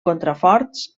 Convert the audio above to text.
contraforts